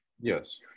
Yes